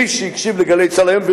מי שהקשיב ל"גלי צה"ל" היום,